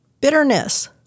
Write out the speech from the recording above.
Bitterness